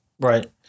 Right